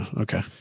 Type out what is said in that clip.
Okay